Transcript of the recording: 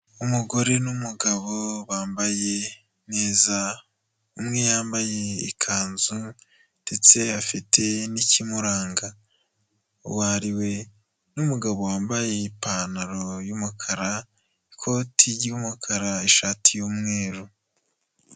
Umugore n'umugabo bambaye neza, umwe yambaye ikanzu ndetse afite n'ikimuranga uwo ari we n'umugabo wambaye ipantaro y'umukara, ikoti ry'umukara ishati y'umweru.